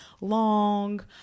long